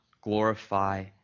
glorify